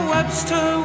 Webster